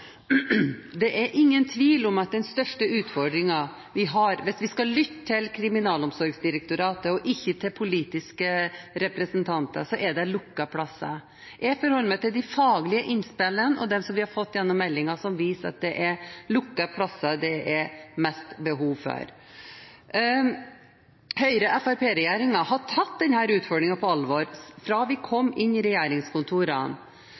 Det er ingen tvil om at den største utfordringen vi har – hvis vi skal lytte til Kriminalomsorgsdirektoratet og ikke til politiske representanter – er lukkede plasser. Jeg forholder meg til de faglige innspillene og innspillene vi har fått gjennom meldingen, som viser at det er lukkede plasser det er mest behov for. Høyre–Fremskrittsparti-regjeringen har tatt denne utfordringen på alvor fra de kom inn i regjeringskontorene.